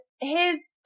his-